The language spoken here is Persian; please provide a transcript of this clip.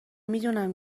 میدونم